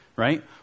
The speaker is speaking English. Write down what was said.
Right